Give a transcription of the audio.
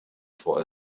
for